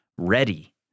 ready